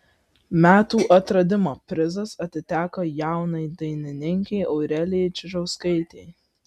metų atradimo prizas atiteko jaunai dainininkei aurelijai čižauskaitei